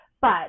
but-